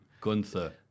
Gunther